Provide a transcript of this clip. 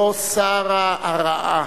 לא סרה הרעה